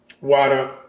water